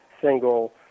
single